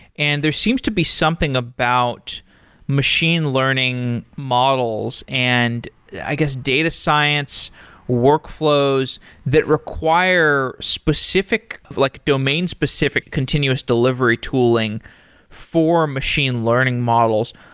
and there seems to be something about machine learning models and i guess, data science workflows that require specific, like domain-specific continuous delivery tooling for machine learning models.